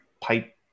pipe